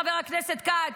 חבר הכנסת כץ: